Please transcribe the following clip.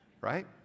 right